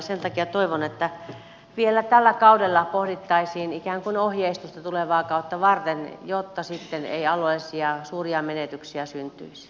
sen takia toivon että vielä tällä kaudella pohdittaisiin ikään kuin ohjeistusta tulevaa kautta varten jotta sitten ei alueellisia suuria menetyksiä syntyisi